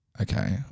Okay